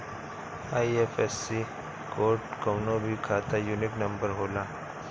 IFSC code कवनो भी खाता यूनिक नंबर होला